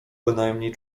bynajmniej